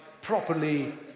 Properly